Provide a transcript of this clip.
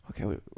okay